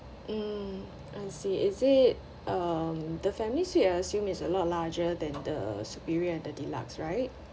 mm I see is it um the family suite I assume is a lot larger than the superior and deluxe right